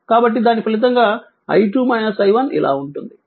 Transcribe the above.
కాబట్టి దీని ఫలితంగా i2 i1 ఇలా ఉంటుంది